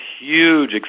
huge